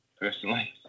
personally